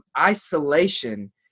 isolation